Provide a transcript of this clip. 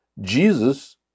Jesus